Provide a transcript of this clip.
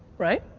right?